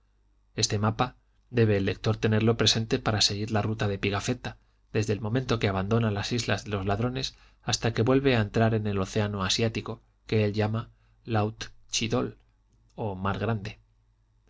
este mapa debe el lector tenerlo presente para seguir la ruta de pigafetta desde el momento que abandona las islas de los ladrones hasta que vuelve a entrar en el océano asiático que él llama laut chidol o mar grande